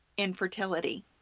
infertility